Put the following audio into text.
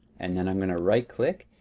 and then i'm gonna right click.